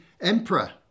emperor